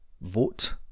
vote